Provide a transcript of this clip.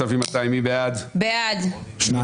הצבעה לא אושרה.